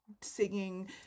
singing